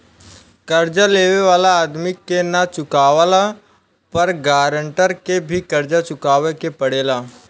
कर्जा लेवे वाला आदमी के ना चुकावला पर गारंटर के भी कर्जा चुकावे के पड़ेला